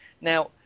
Now